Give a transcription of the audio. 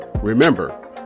remember